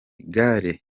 gare